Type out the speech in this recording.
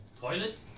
Toilet